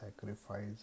sacrifice